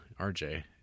RJ